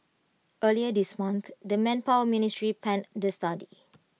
earlier this month the manpower ministry panned the study